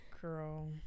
Girl